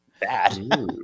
bad